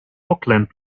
auckland